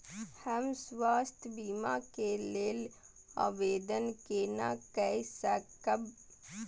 हम स्वास्थ्य बीमा के लेल आवेदन केना कै सकब?